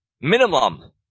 minimum